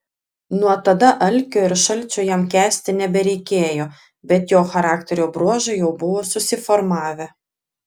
nuo tada alkio ir šalčio jam kęsti nebereikėjo bet jo charakterio bruožai jau buvo susiformavę